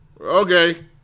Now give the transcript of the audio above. Okay